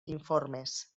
informes